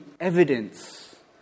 evidence